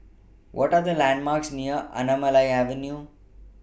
What Are The landmarks near Anamalai Avenue